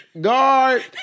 Guard